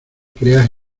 creas